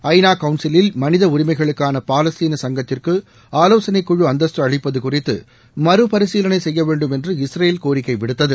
ஐநா கவுன்சிலில் மனித உரிமைகளுக்கான பாலஸ்தீன சங்கத்திற்கு ஆலோசனைக்குழு அந்தஸ்து அளிப்பது குறித்து மறுபரிசீலனை செய்ய வேண்டும் என்று இஸ்ரேல் கோரிக்கை விடுத்தது